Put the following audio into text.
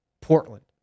Portland